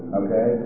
okay